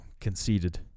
conceded